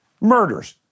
murders